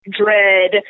dread